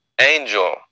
angel